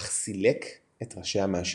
אך סילק את ראשיה מהשלטון.